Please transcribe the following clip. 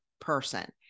person